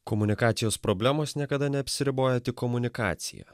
komunikacijos problemos niekada neapsiriboja tik komunikacija